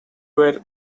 were